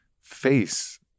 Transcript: face